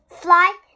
fly